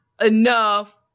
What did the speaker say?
enough